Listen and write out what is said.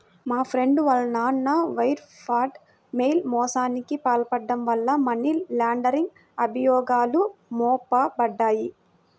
మా ఫ్రెండు వాళ్ళ నాన్న వైర్ ఫ్రాడ్, మెయిల్ మోసానికి పాల్పడటం వల్ల మనీ లాండరింగ్ అభియోగాలు మోపబడ్డాయి